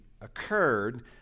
occurred